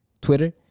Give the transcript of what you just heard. Twitter